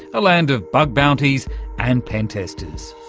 a land of bug bounties and pentesters.